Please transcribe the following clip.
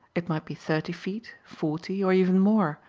it may be thirty feet, forty, or even more,